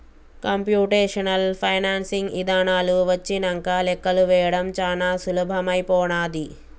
computational financing ఇదానాలు వచ్చినంక లెక్కలు వేయడం చానా సులభమైపోనాది